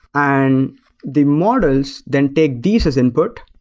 and the models then take these as input,